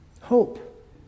Hope